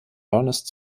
ernest